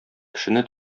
кешене